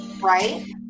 right